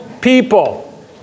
people